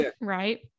right